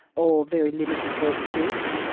or very limited work skills.